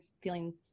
feeling